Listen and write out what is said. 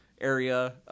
area